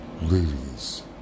Ladies